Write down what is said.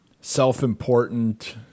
self-important